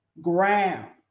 ground